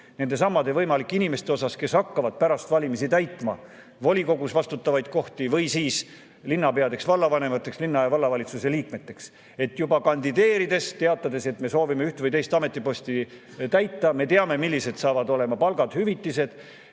nendesamade võimalike inimeste suhtes, kes hakkavad pärast valimisi täitma volikogus vastutavaid kohti või saavad linnapeadeks-vallavanemateks, linna- või vallavalitsuse liikmeteks. Juba kandideerides võiks teatada, et me soovime üht või teist ametiposti täita ja palgad-hüvitised saavad [olema sellised].